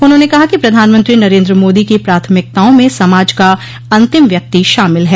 उन्होंने कहा कि प्रधानमंत्री नरेन्द्र मोदी की प्राथमिकताओं में समाज का अंतिम व्यक्ति शामिल है